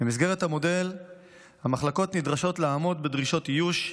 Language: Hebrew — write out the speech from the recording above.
במסגרת המודל המחלקות נדרשות לעמוד בדרישות איוש,